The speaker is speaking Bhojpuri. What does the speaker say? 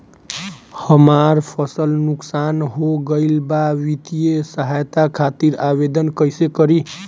हमार फसल नुकसान हो गईल बा वित्तिय सहायता खातिर आवेदन कइसे करी?